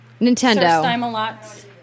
Nintendo